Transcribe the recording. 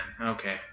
okay